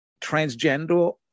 transgender